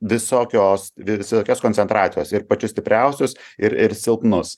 visokios visokios koncentracijos ir pačius stipriausius ir ir silpnus